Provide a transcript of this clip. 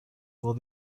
will